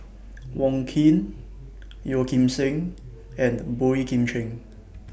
Wong Keen Yeo Kim Seng and Boey Kim Cheng